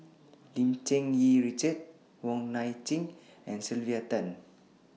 Lim Cherng Yih Richard Wong Nai Chin and Sylvia Tan